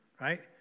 right